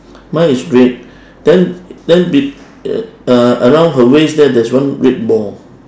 mine is red then then be uh around her waist there there's one red ball